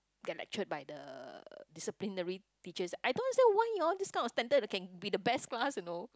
get lectured by the disciplinary teachers I don't understand why you all this kind of standard can be the best class you know